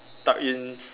tuck in